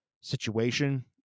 situation